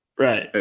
right